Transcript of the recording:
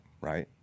right